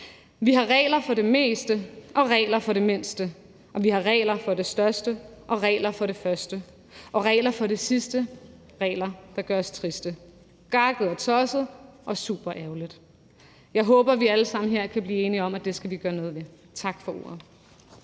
Vi har regler for det meste og regler for det mindste. Og vi har regler for det største og regler for det første. Og regler for det sidste, regler, der gør os triste. Det er gakket og tosset og super ærgerligt. Jeg håber, vi alle sammen her kan blive enige om, at det skal vi gøre noget ved. Tak for ordet.